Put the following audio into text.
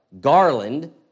garland